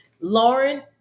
Lauren